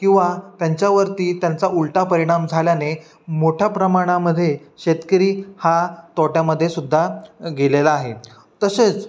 किंवा त्यांच्यावरती त्यांचा उलटा परिणाम झाल्याने मोठ्या प्रमाणामध्ये शेतकरी हा तोट्यामध्ये सुद्धा गेलेला आहे तसेच